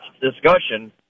discussion